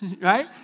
right